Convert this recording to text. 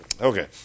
Okay